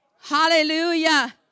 Hallelujah